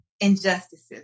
injustices